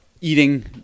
eating